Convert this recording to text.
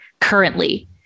currently